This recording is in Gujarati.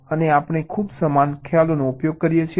અને આપણે ખૂબ સમાન ખ્યાલોનો ઉપયોગ કરીએ છીએ